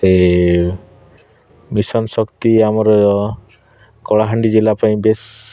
ସେ ମିଶନ୍ ଶକ୍ତି ଆମର କଳାହାଣ୍ଡି ଜିଲ୍ଲା ପାଇଁ ବେଶ୍